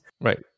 Right